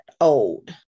old